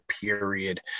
period